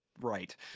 right